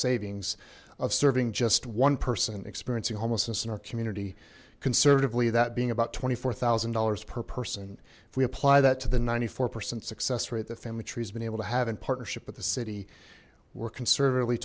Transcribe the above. savings of serving just one person experiencing homelessness in our community conservatively that being about twenty four thousand dollars per person if we apply that to the ninety four percent success rate the family tree has been able to have in partnership with the city we're conservatively